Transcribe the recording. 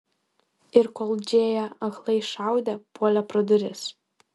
ir kol džėja aklai šaudė puolė pro duris